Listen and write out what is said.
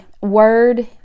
word